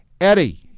Eddie